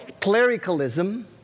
clericalism